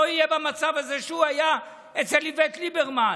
יהיה במצב הזה שהוא היה אצל איווט ליברמן.